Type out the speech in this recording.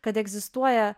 kad egzistuoja